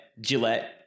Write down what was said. Gillette